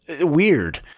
weird